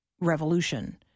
revolution